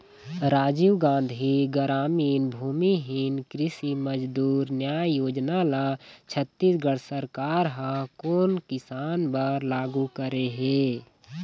राजीव गांधी गरामीन भूमिहीन कृषि मजदूर न्याय योजना ल छत्तीसगढ़ सरकार ह कोन किसान बर लागू करे हे?